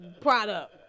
product